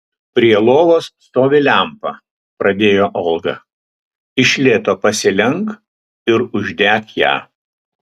prie lovos stovi lempa pradėjo olga iš lėto pasilenk ir uždek ją